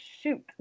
shoot